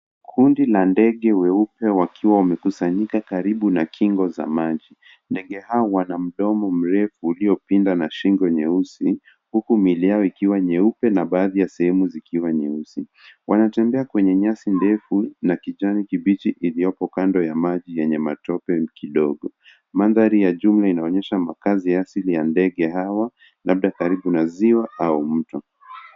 Kundi la ndege weupe wakiwa wamekusanyika karibu na kingo za maji. Ndege hao wana mdomo mrefu iliyopinda na shingo nyeusi, huku mili yao ikiwa nyeupe na baadhi ya sehemu zikiwa nyeusi. Wanatembea kwenye nyasi ndefu na kijani kibichi iliyoko kando ya maji yenye matope kidogo. Mandhari ya jumla inaonyesha makazi asili ya ndege hawa labda karibu na ziwa au mto.